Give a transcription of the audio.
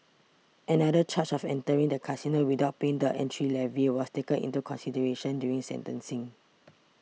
another charge of entering the casino without paying the entry levy was taken into consideration during sentencing